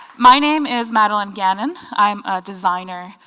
my name is madeleine gannon. i'm a designer,